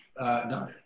No